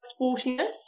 sportiness